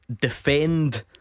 defend